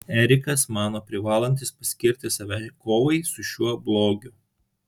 erikas mano privalantis paskirti save kovai su šiuo blogiu